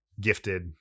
gifted